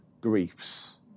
griefs